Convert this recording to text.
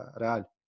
Real